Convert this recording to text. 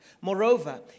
Moreover